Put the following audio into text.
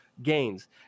gains